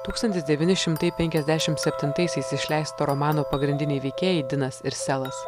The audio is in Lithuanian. tūkstantis devyni šimtai penkiasdešimt septintaisiais išleisto romano pagrindiniai veikėjai dinas ir selas